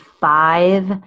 five